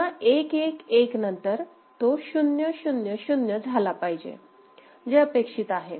पुन्हा 1 1 1 नंतर तो 0 0 0 झाला पाहिजे जे अपेक्षित आहे